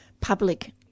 public